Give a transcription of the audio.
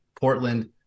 portland